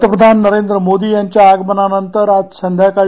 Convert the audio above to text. पंतप्रधान नरेंद्र मोदी यांच्या आगमनानंतर आज संध्याकाळी